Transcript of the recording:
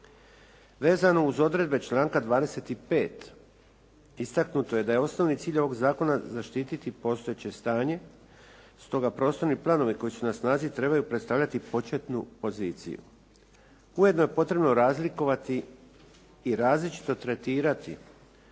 Vezano uz odredbe članka 25. istaknuto je da je osnovni cilj ovoga zakona zaštiti postojeće stanje stoga prostorni planovi koji su na snazi trebaju predstavljati početnu poziciju. Ujedno je potrebno razlikovati i različito tretirati